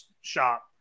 shop